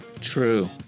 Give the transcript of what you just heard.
True